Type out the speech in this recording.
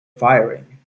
firing